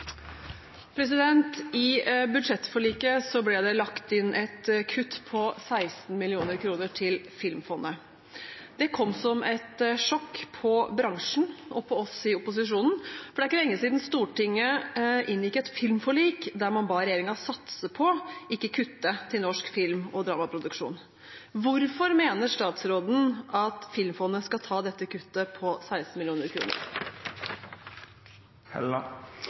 Filmfondet. Dette kom som et sjokk på bransjen, og på opposisjonen, for det er ikke lenge siden Stortinget inngikk et filmforlik der man bad regjeringen satse, ikke kutte, på norsk film- og TV-dramaproduksjon. Hvorfor mener statsråden at Filmfondet skal ta dette kuttet på 16 millioner kroner?»